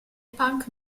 punk